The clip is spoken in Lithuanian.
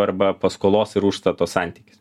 arba paskolos ir užstato santykis